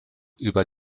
über